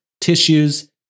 tissues